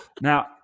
Now